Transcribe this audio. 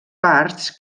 parts